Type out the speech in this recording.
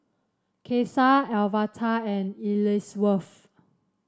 Caesar Alverta and Ellsworth